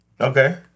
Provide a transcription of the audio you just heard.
Okay